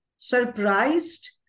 surprised